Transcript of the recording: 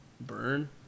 Burn